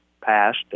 passed